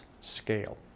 scale